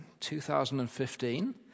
2015